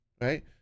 right